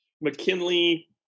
McKinley